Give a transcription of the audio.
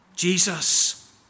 Jesus